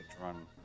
run